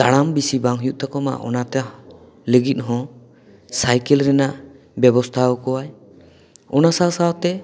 ᱛᱟᱲᱟᱢ ᱵᱤᱥᱤ ᱵᱟᱝ ᱦᱩᱭᱩᱜ ᱛᱟᱠᱚᱢᱟ ᱚᱱᱟ ᱛᱮ ᱞᱟᱹᱜᱤᱫᱦᱚᱸ ᱥᱟᱭᱠᱮᱞ ᱨᱮᱱᱟᱜ ᱵᱮᱵᱚᱥᱛᱟ ᱟᱠᱚᱣᱟᱭ ᱚᱱᱟ ᱥᱟᱶ ᱥᱟᱶᱛᱮ